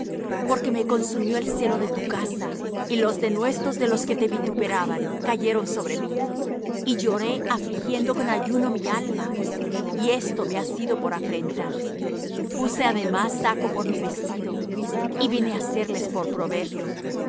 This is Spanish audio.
porque me consumió el celo de tu casa y los denuestos de los que te vituperaban cayeron sobre mí y lloré afligiendo con ayuno mi alma y esto me ha sido por afrenta puse además saco por mi vestido y vine á serles por proverbio